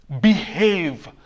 behave